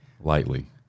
lightly